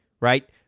right